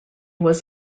was